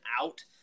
out